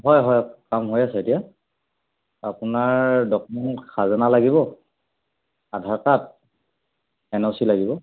হয় হয় কাম হৈ আছে এতিয়া আপোনাৰ ডকুমেণ্ট খাজানা লাগিব Aadhaar card N O C লাগিব